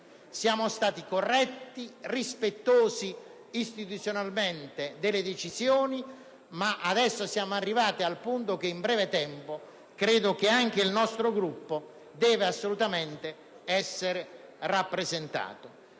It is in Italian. Siamo stati corretti, istituzionalmente rispettosi delle decisioni, ma adesso siamo arrivati al punto che in breve tempo anche il nostro Gruppo dovrà assolutamente essere rappresentato,